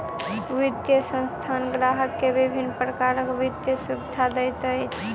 वित्तीय संस्थान ग्राहक के विभिन्न प्रकारक वित्तीय सुविधा दैत अछि